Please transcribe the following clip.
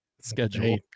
schedule